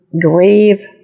grieve